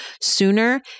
sooner